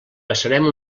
passarem